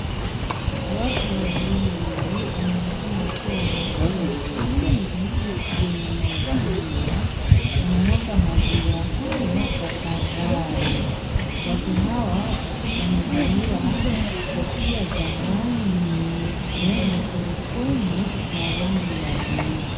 Watu wawili wanaonekana wakiwa wameshika mitungi yenye maziwa wanamwaga maziwa hayo kwa karai watu hawa wamevalia kofia za rangi nyeupe na surupwenye za rangi ya bluu.